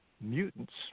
mutants